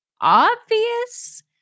obvious